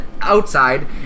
outside